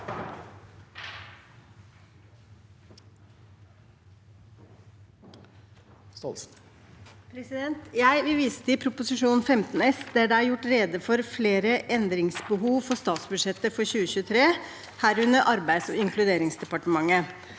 for saken): Jeg vil vise til Prop. 15 S for 2023–2024, der det er gjort rede for flere endringsbehov for statsbudsjettet for 2023, herunder Arbeids- og inkluderingsdepartementet.